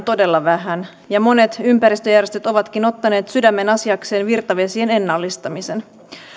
todella vähän ja monet ympäristöjärjestöt ovatkin ottaneet sydämenasiakseen virtavesien ennallistamisen